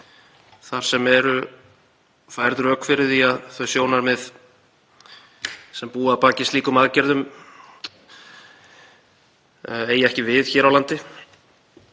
þar sem færð eru rök fyrir því að þau sjónarmið sem búa að baki slíkum aðgerðum eigi ekki við hér á landi.